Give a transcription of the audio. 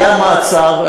היה מעצר,